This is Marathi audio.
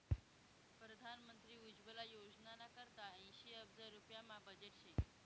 परधान मंत्री उज्वला योजनाना करता ऐंशी अब्ज रुप्याना बजेट शे